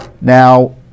Now